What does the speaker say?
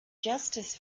justice